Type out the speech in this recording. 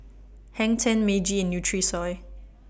Hang ten Meiji and Nutrisoy